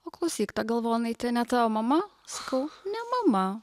o klausyk ta galvonaitė ne tavo mama sakau ne mama